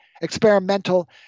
experimental